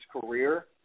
career